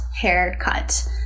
haircut